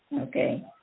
Okay